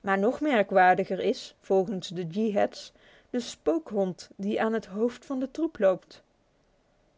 maar nog merkwaardiger is volgens de yeehats de spookhond die aan het hoofd van de troep loopt